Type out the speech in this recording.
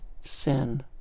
sin